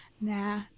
Nah